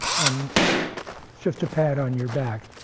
and just a pat on your back.